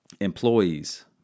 employees